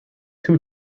two